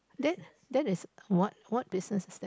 that then is what what lesson is that